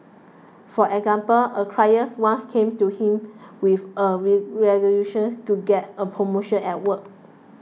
for example a client once came to him with a resolution to get a promotion at work